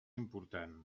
important